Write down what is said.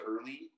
early